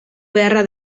beharra